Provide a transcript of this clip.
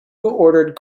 ordered